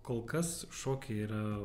kol kas šokiai yra